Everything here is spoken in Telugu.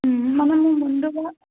మనము ముందుగా